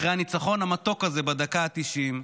אחרי הניצחון המתוק הזה בדקה ה-90,